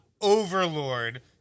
overlord